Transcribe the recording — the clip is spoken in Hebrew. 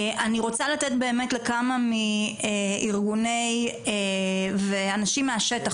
אני רוצה לתת לכמה מארגוני ואנשים מהשטח,